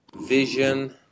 Vision